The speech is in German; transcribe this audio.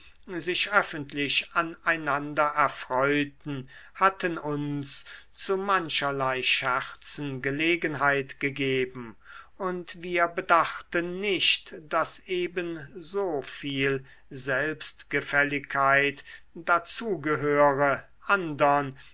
sich öffentlich an einander erfreuten hatten uns zu mancherlei scherzen gelegenheit gegeben und wir bedachten nicht daß ebenso viel selbstgefälligkeit dazu gehöre andern